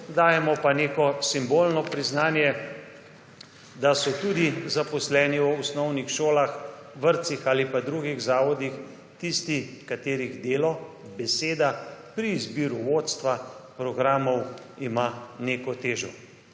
Dajemo pa neko simbolno priznanje, da so tudi zaposleni v osnovnih šolah, vrtcih ali drugih zavodih tisti, katerih delo, beseda pri izbiri vodstva, programov, ima neko težo.